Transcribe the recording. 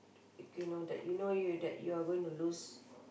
okay know that you know you that you're going to lose